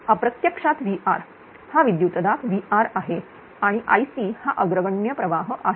हा प्रत्यक्षात VR हा विद्युतदाब VR आहे आणि Ic हा अग्रगण्य प्रवाह आहे